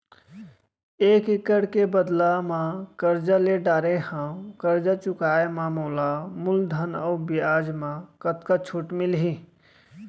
एक एक्कड़ के बदला म करजा ले डारे हव, करजा चुकाए म मोला मूलधन अऊ बियाज म कतका छूट मिलही?